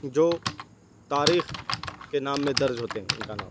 جو تاریخ کے نام میں درج ہوتے ہیں ان کا نام